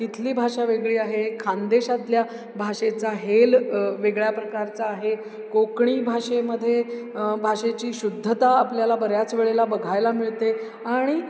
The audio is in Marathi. तिथली भाषा वेगळी आहे खानदेशातल्या भाषेचा हेल वेगळ्या प्रकारचा आहे कोकणी भाषेमध्ये भाषेची शुद्धता आपल्याला बऱ्याच वेळेला बघायला मिळते आणि